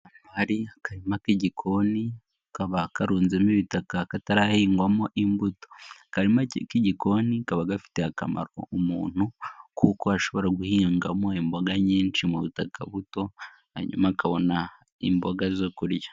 Hari akarima k'igikoni kaba karunzemo ibitaka katarahingwamo imbuto, akarima k'igikoni kaba gafitiye akamaro umuntu kuko ashobora guhingamo imboga nyinshi mu butaka buto hanyuma akabona imboga zo kurya.